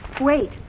wait